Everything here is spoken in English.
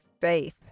Faith